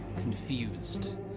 confused